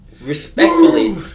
respectfully